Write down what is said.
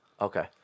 Okay